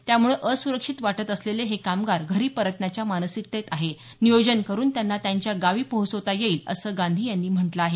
त्यामुळे असुरक्षित वाटत असलेले हे कामगार घरी परतण्याच्या मानसिकतेत आहेत नियोजन करून त्यांना त्यांच्या गावी पोहोचवता येईल असं गांधी यांनी म्हटलं आहे